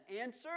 Answer